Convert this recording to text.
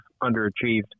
underachieved